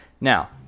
Now